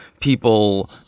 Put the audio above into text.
people